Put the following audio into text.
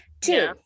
Two